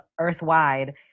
earthwide